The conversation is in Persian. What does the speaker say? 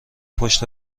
پشت